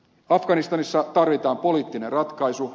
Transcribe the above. afganistanissa tarvitaan poliittinen ratkaisu